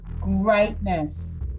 greatness